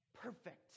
perfect